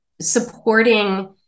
Supporting